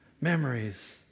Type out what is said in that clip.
Memories